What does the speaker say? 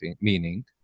meaning